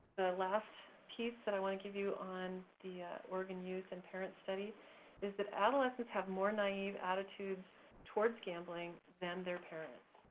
last piece that i wanna give you on the ah oregon youth and parent study is that adolescents have more naive attitudes towards gambling than their parents.